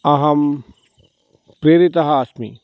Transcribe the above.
अहं प्रेरितः अस्मि